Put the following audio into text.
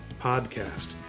podcast